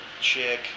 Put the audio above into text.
chick